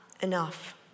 enough